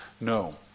no